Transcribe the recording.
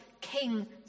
king